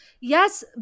Yes